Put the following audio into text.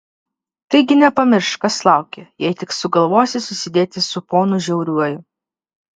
taigi nepamiršk kas laukia jei tik sugalvosi susidėti su ponu žiauriuoju